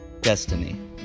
destiny